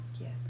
Yes